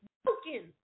Broken